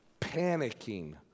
panicking